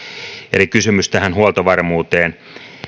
eli kysymys tähän huoltovarmuuteen